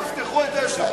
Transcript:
אנא אבטחו את היושב-ראש,